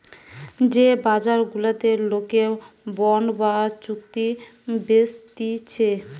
যে বাজার গুলাতে লোকে বন্ড বা চুক্তি বেচতিছে